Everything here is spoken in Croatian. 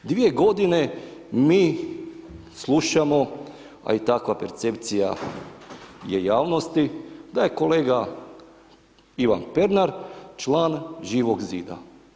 Dvije godine mi slušamo, a i takva percepcija je javnosti da je kolega Ivan Pernar član Živog zida.